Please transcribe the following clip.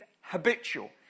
habitual